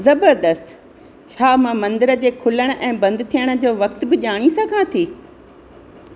ज़बरदस्तु छा मां मंदिर जे खुलण ऐं बंदि थियण जो वक़्तु बि ॼाणी सघां थी